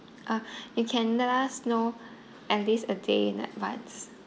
uh you can let us know at least a day in advance